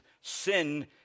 sin